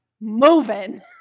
moving